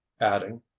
adding